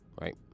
right